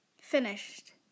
finished